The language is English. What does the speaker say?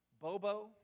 Bobo